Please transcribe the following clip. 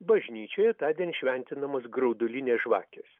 bažnyčioje tądien šventinamos graudulinės žvakės